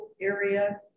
area